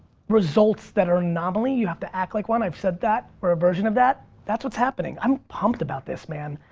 results that are anomaly you have to act like one, i've said that, or a version of that. that's what's happening, i'm pumped about this, man.